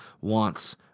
wants